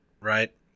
Right